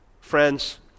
Friends